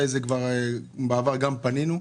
בעבר פנינו בנושא.